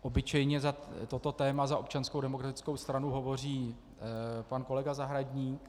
Obyčejně toto téma za Občanskou demokratickou stranu hovoří pan kolega Zahradník.